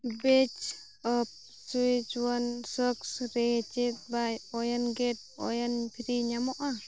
ᱵᱤᱪᱤᱯᱷ ᱥᱩᱭᱪᱩᱣᱟᱱ ᱥᱚᱥᱨᱮ ᱪᱮᱫ buy one get one free ᱧᱟᱢᱚᱜᱼᱟ